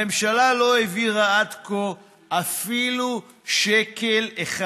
הממשלה לא העבירה עד כה אפילו שקל אחד